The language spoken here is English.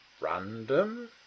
random